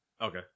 Okay